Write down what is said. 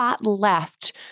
Left